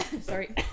Sorry